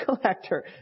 collector